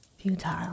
futile